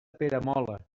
peramola